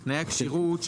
הכשירות.